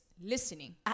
listening